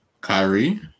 Kyrie